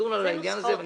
נדון בעניין הזה.